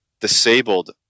disabled